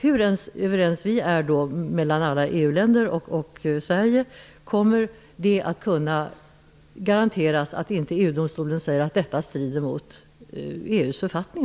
Hur väl överens vi i Sverige än är med alla EU-länder, undrar jag om det finns garantier för att EU-domstolen inte säger att detta strider mot EU:s författning.